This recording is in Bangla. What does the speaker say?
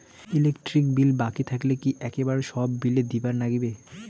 ইলেকট্রিক বিল বাকি থাকিলে কি একেবারে সব বিলে দিবার নাগিবে?